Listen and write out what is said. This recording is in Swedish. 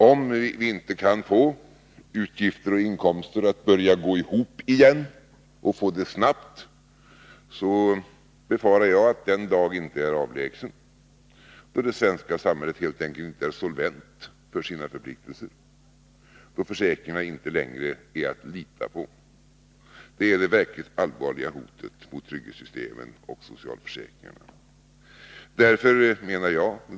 Om vi inte snabbt kan få inkomster och utgifter att börja gå ihop igen, befarar jag att den dag inte är avlägsen då det svenska samhället helt enkelt inte är solvent för sina förpliktelser och då försäkringarna inte längre är att lita på. Det är det verkligt allvarliga hotet mot trygghetssystemen och socialförsäkringarna.